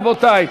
רבותי?